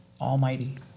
almighty